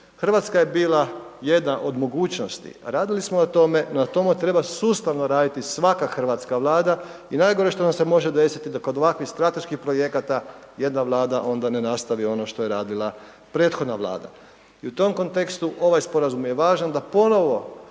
Hrvatska je bila jedna od mogućnosti a radili smo na tome, na tome treba sustavno raditi svaka hrvatska Vlada i najgore što nam se može desiti da kod ovakvih strateških projekata jedna Vlada onda ne nastavi ono što je radila prethodna Vlada. I u tom kontekstu ovaj sporazum je važan da ponovo